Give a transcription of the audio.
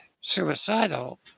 suicidal